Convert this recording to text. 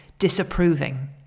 disapproving